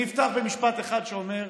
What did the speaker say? אני אפתח במשפט אחד, שאומר: